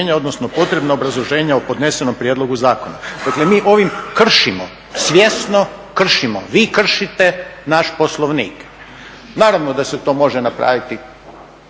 odnosno potrebna obrazloženja o podnesenom prijedlogu zakona. Dakle, mi ovim kršimo, svjesno kršimo, vi kršite naš Poslovnik. Naravno da se to može napraviti